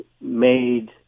made